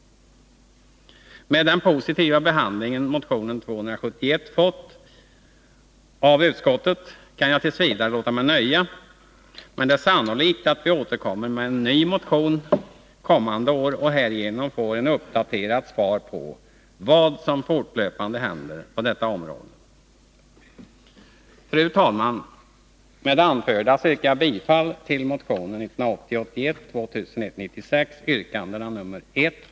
Med den positiva behandling motionen 271 fått av utskottet kan jag t. v. låta mig nöja, men det är sannolikt att vi återkommer med en ny motion kommande år och härigenom får ett uppdaterat svar på vad som fortlöpande händer på detta område. Fru talman! Med det anförda yrkar jag bifall till motionen 1980/81:2196, yrkandena 1, 2 och 4.